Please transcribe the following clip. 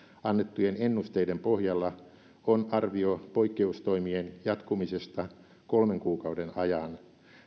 annettujen ennusteiden pohjalla on arvio poikkeustoimien jatkumisesta kolmen kuukauden ajan